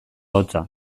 hotza